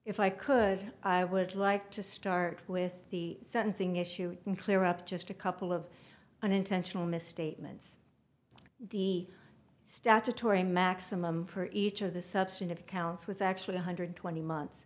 if i could i would like to start with the fencing issue to clear up just a couple of unintentional misstatements the statutory maximum for each of the substantive counts was actually one hundred twenty months